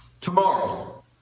tomorrow